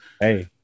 Hey